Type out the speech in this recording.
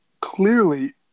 Clearly